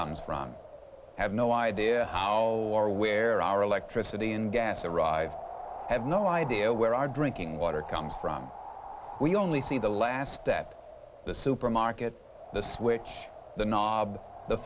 comes from have no idea how or where our electricity and gas arrived have no idea where our drinking water comes from we only see the last at the supermarket the switch the knob the